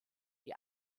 die